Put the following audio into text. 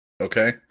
Okay